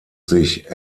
sich